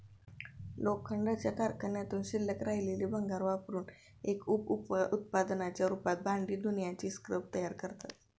लोखंडाच्या कारखान्यातून शिल्लक राहिलेले भंगार वापरुन एक उप उत्पादनाच्या रूपात भांडी धुण्याचे स्क्रब तयार करतात